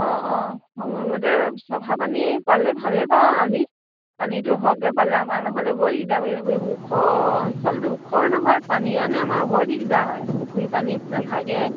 অঁ অঁ সময় মতে চাফা পানী এই পালে ভালেই পাওঁ আমি পানীটো সৰহকৈ পালে আমাৰ নহ'লে বৰ দিগদাৰ এইবোৰ ওখ অঞ্চলটো ওখ নহয় পানী কাৰণে আমাৰ বৰ দিগদাৰ হয় পুখুৰী পানীত নাথাকে